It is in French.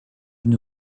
une